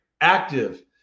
active